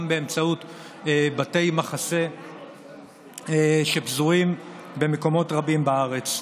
גם באמצעות בתי מחסה שפזורים במקומות רבים בארץ.